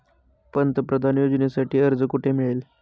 पंतप्रधान योजनेसाठी अर्ज कुठे मिळेल?